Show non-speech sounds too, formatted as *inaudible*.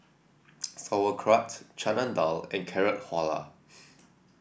*noise* Sauerkraut Chana Dal and Carrot Halwa